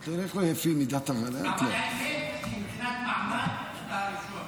אבל האמת, שמבחינת מעמד אתה הראשון.